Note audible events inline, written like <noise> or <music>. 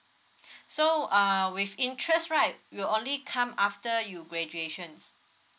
<breath> so uh with interest right it'll only come after you graduations